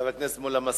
חבר הכנסת מולה מסכים?